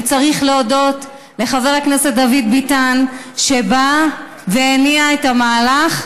וצריך להודות לחבר הכנסת דוד ביטן שבא והניע את המהלך.